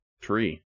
tree